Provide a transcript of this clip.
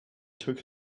took